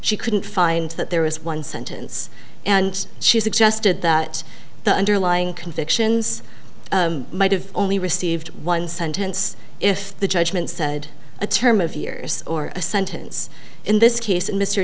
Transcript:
she couldn't find that there was one sentence and she suggested that the underlying convictions might have only received one sentence if the judgment said a term of years or a sentence in this case in mr